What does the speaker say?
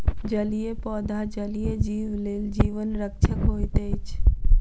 जलीय पौधा जलीय जीव लेल जीवन रक्षक होइत अछि